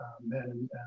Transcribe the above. men